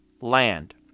land